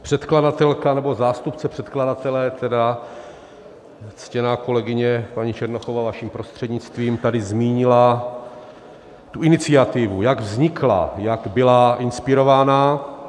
Předkladatelka, nebo zástupce předkladatele, ctěná kolegyně paní Černochová, vaším prostřednictvím, tady zmínila tu iniciativu, jak vznikla, jak byla inspirována.